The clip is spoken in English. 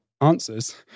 answers